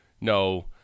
No